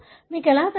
మీకు ఎలా తెలుసు